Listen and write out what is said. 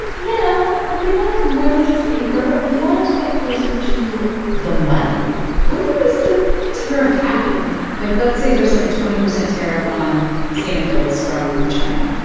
you know, we wanted more than just paper. we wanted to get closer to the money where does the tariff happen? like, let's say there's, like, a twenty percent tariff on sandals from china.